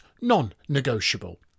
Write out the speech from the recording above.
non-negotiable